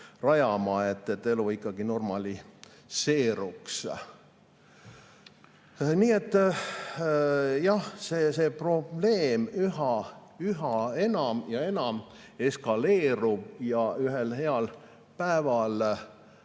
rajamisel, et elu normaliseeruks. Nii et see probleem üha enam ja enam eskaleerub ja ühel heal päeval